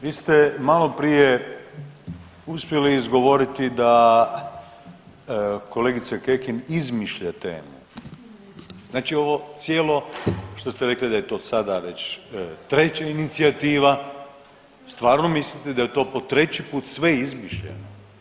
Vi ste maloprije uspjeli izgovoriti da kolegica Kekin izmišlja temu, znači ovo cijelo što ste rekli da je to sada već treća inicijativa stvarno mislite da je to po treći put sve izmišljeno?